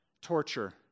torture